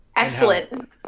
Excellent